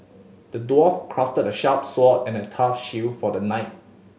the dwarf crafted a sharp sword and a tough shield for the knight